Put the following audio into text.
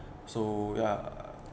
so ya